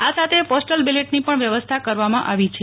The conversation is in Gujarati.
આ સાથે પોસ્ટલ બેલેટની પણ વ્યવસ્થા કારવામમાં આવી છે